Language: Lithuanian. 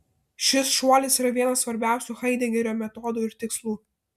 šis šuolis yra vienas svarbiausių haidegerio metodų ir tikslų